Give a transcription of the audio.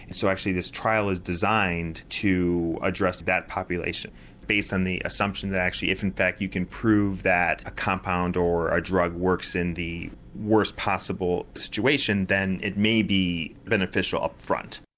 and so actually this trial is designed to address that population based on the assumption that if in fact you can prove that a compound or a drug works in the worst possible situation then it may be beneficial up front.